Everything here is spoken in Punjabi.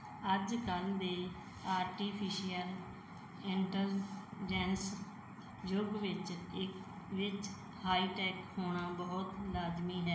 ਅੱਜ ਕੱਲ੍ਹ ਦੇ ਆਰਟੀਫਿਸ਼ੀਅਨ ਐਂਟਰਸ ਜੈਨਸ ਯੁੱਗ ਵਿੱਚ ਇੱਕ ਵਿੱਚ ਹਾਈਟੈਕ ਹੋਣਾ ਬਹੁਤ ਲਾਜ਼ਮੀ ਹੈ